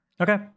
okay